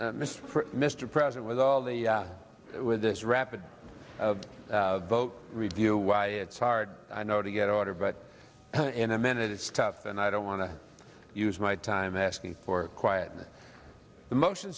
mr mr president with all the with this rapid of vote reveal why it's hard i know to get order but in a minute it's tough and i don't want to use my time asking for quiet emotion